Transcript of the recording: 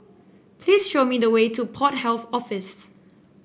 please show me the way to Port Health Office